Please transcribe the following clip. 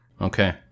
Okay